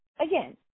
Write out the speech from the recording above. again